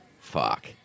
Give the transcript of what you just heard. fuck